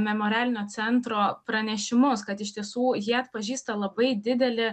memorialinio centro pranešimus kad iš tiesų jie atpažįsta labai didelį